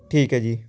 ਠੀਕ ਹੈ ਜੀ